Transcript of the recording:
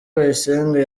bayisenge